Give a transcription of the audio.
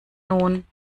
nun